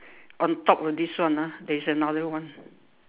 on top of this one ah there is another one